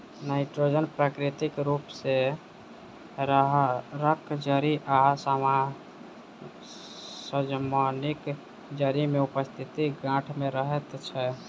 nitrogen प्राकृतिक रूप सॅ राहैड़क जड़ि आ सजमनिक जड़ि मे उपस्थित गाँठ मे रहैत छै